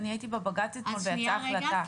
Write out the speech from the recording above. הייתי בבג"ץ אתמול ויצאה החלטה.